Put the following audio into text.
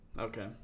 Okay